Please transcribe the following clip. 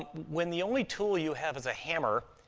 when the only tool you have is a hammer,